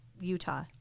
Utah